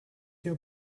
your